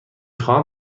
خواهم